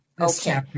Okay